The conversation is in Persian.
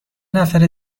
نفر